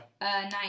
Nine